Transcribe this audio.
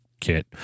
kit